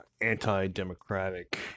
anti-democratic